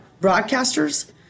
broadcasters